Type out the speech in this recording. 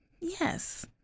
Yes